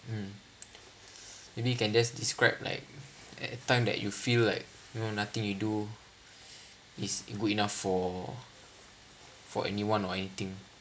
mm maybe you can just describe like at a time that you feel like you know nothing you do is good enough for for anyone or anything